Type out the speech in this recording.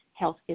healthcare